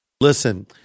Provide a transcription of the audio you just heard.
Listen